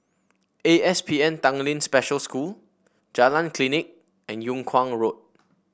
A S P N Tanglin Special School Jalan Klinik and Yung Kuang Road